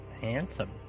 handsome